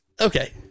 okay